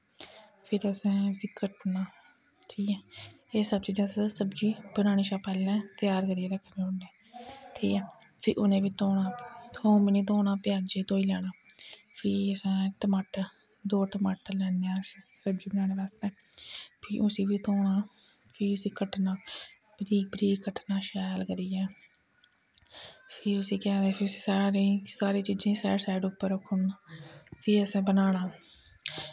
फिर असें उसी कट्टना ठीक ऐ एह् सब चीज़ां अस सब्जी बनाने शा पैह्लें त्यार करियै रक्खने होन्ने ठीक ऐ फ्ही उ'नेंगी बी धोना थोम निं धोना प्याज़ै गी धोई लैना फ्ही असें टमाटर दो टमाटर लैन्ने आं अस सब्जी बनाने बास्तै फ्ही उसी बी धोना फ्ही उसी कट्टना बरीक बरीक कट्टना शैल करियै फ्ही उसी केह् आखदे फ्ही उसी सारी सारी चीज़ें गी सैड सैड उप्पर रक्खी ओड़ना फ्ही असें बनाना